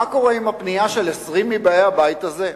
מה קורה עם הפנייה של 20 מבאי הבית הזה?